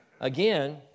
Again